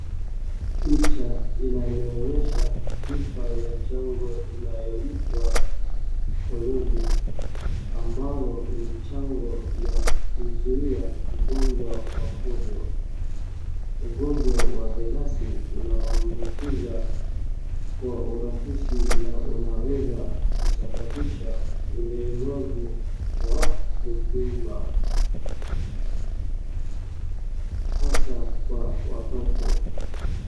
Picha inanionyehsa chupa ya chanjo inayoitwa polovic ambayo ni chanjo ya kuzuia ugonjwa wa polio. Ugonjwa wa virusi unaoambukizwa Kwa urahisi na unaeza kusababisha ulemavu wa huduma hasa Kwa watoto.